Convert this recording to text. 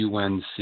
unc